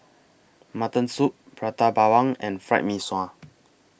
Mutton Soup Prata Bawang and Fried Mee Sua